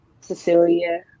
Cecilia